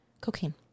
Cocaine